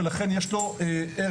ולכן יש לו ערך,